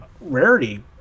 rarity